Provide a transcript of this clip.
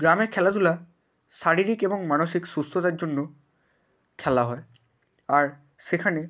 গ্রামে খেলাধুলা শারীরিক এবং মানসিক সুস্থতার জন্য খেলা হয় আর সেখানে